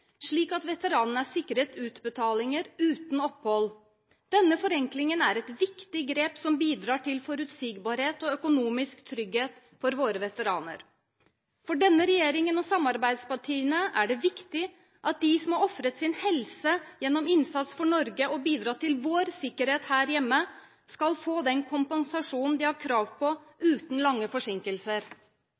slik at veteranene er sikret utbetalinger uten opphold. Denne forenklingen er et viktig grep som bidrar til forutsigbarhet og økonomisk trygghet for våre veteraner. For denne regjeringen og samarbeidspartiene er det viktig at de som har ofret sin helse gjennom innsats for Norge og bidratt til vår sikkerhet her hjemme, skal få den kompensasjonen de har krav på, uten lange forsinkelser.